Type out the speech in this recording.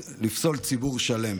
לפסול ציבור שלם